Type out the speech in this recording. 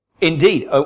indeed